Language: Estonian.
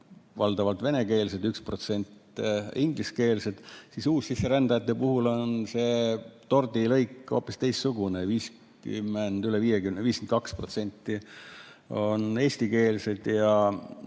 valdavalt venekeelsed, 1% ingliskeelsed, aga uussisserändajate puhul on see tordilõik hoopis teistsugune: 52% on eestikeelsed,